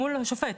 מול השופט,